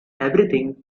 everything